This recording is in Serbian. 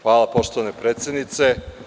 Hvala, poštovana predsednice.